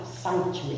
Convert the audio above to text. Sanctuary